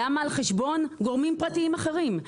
למה על חשבון גורמים פרטיים אחרים?